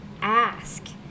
ask